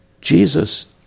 Jesus